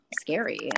scary